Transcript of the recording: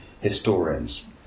historians